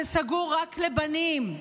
זה סגור רק לבנים,